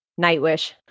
Nightwish